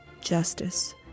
justice